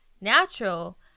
natural